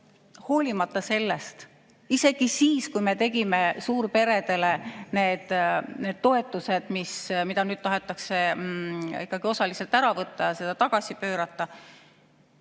hoolimata sellest, isegi siis, kui me tegime suurperedele need toetused, mida nüüd tahetakse ikkagi osaliselt ära võtta, see tagasi pöörata,